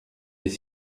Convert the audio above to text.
des